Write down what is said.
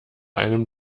einem